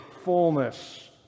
fullness